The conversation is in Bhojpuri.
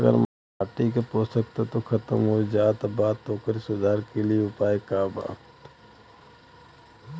अगर माटी के पोषक तत्व खत्म हो जात बा त ओकरे सुधार के लिए का उपाय बा?